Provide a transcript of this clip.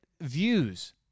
views